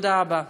תודה רבה.